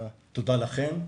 תודה לכם,